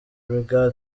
brig